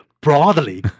broadly